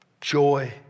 joy